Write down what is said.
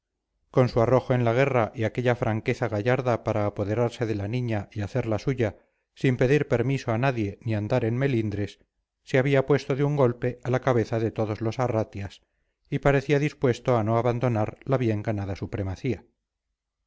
con su arrojo en la guerra y aquella franqueza gallarda para apoderarse de la niña y hacerla suya sin pedir permiso a nadie ni andar en melindres se había puesto de un golpe a la cabeza de todos los arratias y parecía dispuesto a no abandonar la bien ganada supremacía